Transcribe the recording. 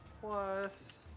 plus